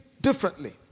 differently